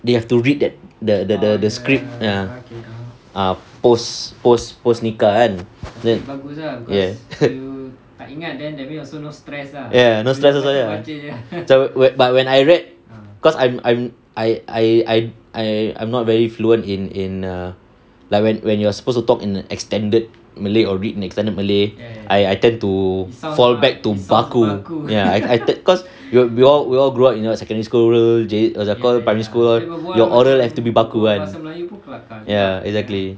they have to read that the the the script ah err post post nikah ya ya no stress also ya but when I read cause I'm I'm I I I I'm not very fluent in in err like when when you're supposed to talk in an extended malay or read an extended malay I I tend to fall back to baku ya I I cause we all we all grew up you know secondary school macam kau primary school your oral have to be baku kan ya exactly